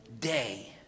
day